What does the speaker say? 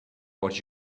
what